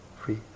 free